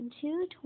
two